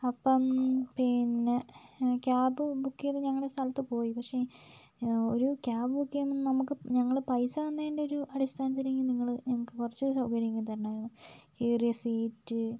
അപ്പം പിന്നെ cab book ചെയ്ത് ഞങ്ങളുടെ സ്ഥലത്ത് പോയി പക്ഷേ ഒരു ക്യാബ് ബുക്ക് ചെയ്യുമ്പം നമുക്ക് ഞങ്ങൾ പൈസ തന്നതിൻ്റെ അടിസ്ഥാനത്തിലെങ്കിലും നിങ്ങൾ ഞങ്ങൾക്ക് കുറച്ചുകൂടെ സൗകര്യങ്ങൾ തരണമായിരുന്നു കീറിയ സീറ്റ്